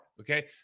okay